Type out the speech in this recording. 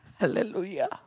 Hallelujah